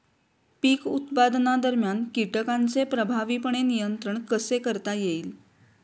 पीक उत्पादनादरम्यान कीटकांचे प्रभावीपणे नियंत्रण कसे करता येईल?